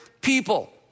people